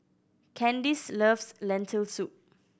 Candyce loves Lentil Soup